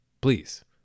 please